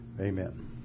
Amen